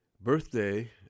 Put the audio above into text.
birthday